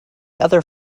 other